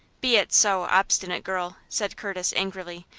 be it so, obstinate girl! said curtis, angrily.